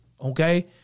Okay